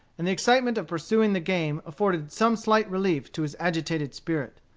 and the excitement of pursuing the game afforded some slight relief to his agitated spirit.